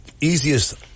easiest